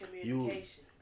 communication